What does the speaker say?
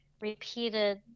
repeated